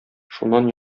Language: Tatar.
шуннан